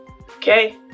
okay